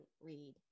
read